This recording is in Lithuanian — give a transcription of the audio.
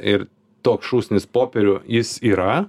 ir toks šūsnis popierių jis yra